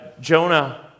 Jonah